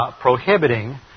prohibiting